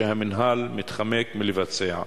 שהמינהל מתחמק מלבצע.